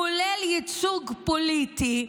כולל ייצוג פוליטי,